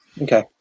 Okay